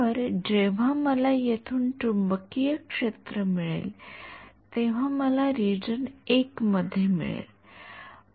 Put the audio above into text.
तर जेव्हा मला येथून चुंबकीय क्षेत्र मिळेल तेव्हा मला रिजन १ मध्ये मिळेल